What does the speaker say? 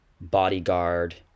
Bodyguard